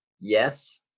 Yes